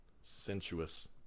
sensuous